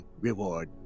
reward